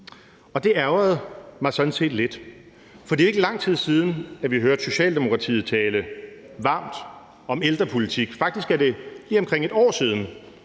Det ærgrede mig sådan set lidt, for det er ikke lang tid siden, at vi hørte Socialdemokratiet tale varmt om ældrepolitik. Faktisk er det lige omkring et år siden,